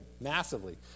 massively